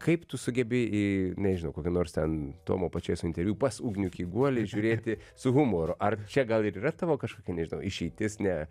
kaip tu sugebi į nežinau kokį nors ten tomo pačėso interviu pas ugnių kiguolį žiūrėti su humoru ar čia gal ir yra tavo kažkokia nežinau išeitis ne